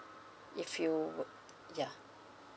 if you ya